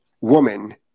woman